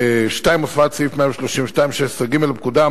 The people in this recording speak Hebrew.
2. הוספת סעיף 132(16ג) לפקודה,